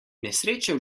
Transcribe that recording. nesreča